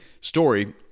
story